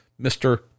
Mr